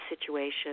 situation